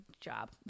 job